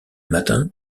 matin